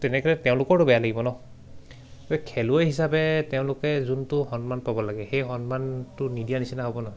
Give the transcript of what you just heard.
তেনেকে তেওঁলোকৰটো বেয়া লাগিব ন খেলুৱৈ হিচাপে তেওঁলোকে যোনটো সন্মান পাব লাগে সেই সন্মানটো নিদিয়া নিচিনা হ'ব নে নহয়